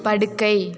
படுக்கை